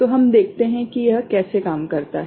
तो हम देखते हैं कि यह कैसे काम करता है